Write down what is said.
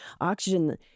oxygen